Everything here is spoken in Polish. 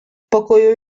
pokoju